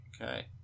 Okay